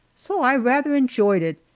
so i rather enjoyed it,